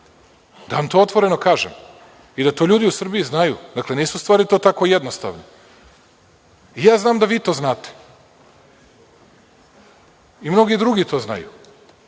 Da vam to otvoreno kažem i da to ljudi u Srbiji znaju. Dakle, nisu to stvari tako jednostavne. Ja znam da i vi to znate i mnogi drugi to znaju,